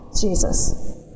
Jesus